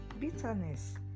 Bitterness